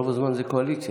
רוב הזמן זה קואליציה.